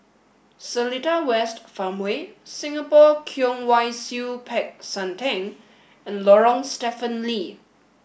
Seletar West Farmway Singapore Kwong Wai Siew Peck San Theng and Lorong Stephen Lee